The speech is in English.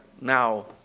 now